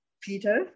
Peter